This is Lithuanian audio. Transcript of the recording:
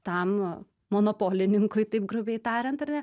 tam monopolininkui taip grubiai tariant ar ne